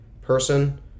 person